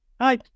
Hi